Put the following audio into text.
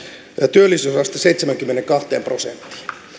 työllisyysaste seitsemäänkymmeneenkahteen prosenttiin